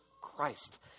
Christ